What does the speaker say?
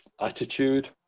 attitude